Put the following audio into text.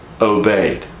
obeyed